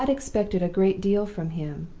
i had expected a great deal from him,